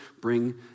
bring